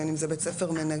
בין אם זה בית ספר מנגן.